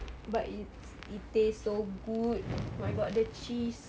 but it's it taste so good oh my god the cheese